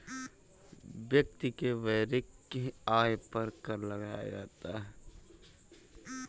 व्यक्ति के वैयक्तिक आय पर कर लगाया जाता है